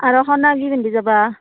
আৰু সোণ কি পিন্ধি যাবা